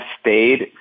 stayed